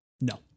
No